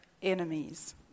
Enemies